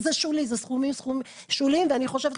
זה סכומים שוליים ואני חושבת,